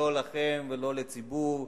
לא לכם ולא לציבור,